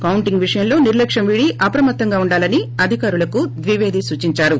counting విషయంలో నిర్లక్ష్యం వీడి అప్రమత్తంగా ఉండాలని అధికారులు కు ద్విపేది సూచించారు